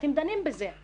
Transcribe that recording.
אתם דנים בזה,